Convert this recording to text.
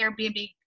Airbnb